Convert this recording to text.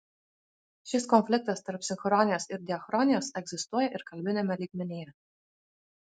šis konfliktas tarp sinchronijos ir diachronijos egzistuoja ir kalbiniame lygmenyje